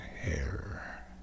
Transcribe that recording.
hair